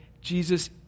Jesus